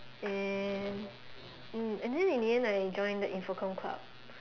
and mm and then in the end I joined the info comm club